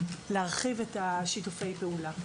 להרחיב את שיתופי הפעולה.